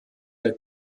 der